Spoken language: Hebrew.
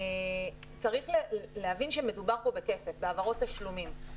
צריך להבין שמדובר פה בכסף, בהעברות תשלומים.